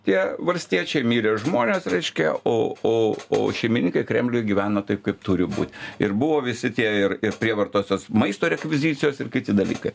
tie valstiečiai mirė žmonės reiškia o o o šeimininkai kremliuj gyveno taip kaip turi būt ir buvo visi tie ir prievartos tos maisto rekvizicijos ir kiti dalykai